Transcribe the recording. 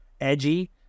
edgy